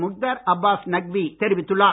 முக்தார் அபாஸ் நக்வி தெரிவித்துள்ளார்